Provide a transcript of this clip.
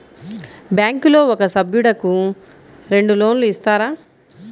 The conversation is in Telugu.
బ్యాంకులో ఒక సభ్యుడకు రెండు లోన్లు ఇస్తారా?